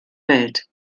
welt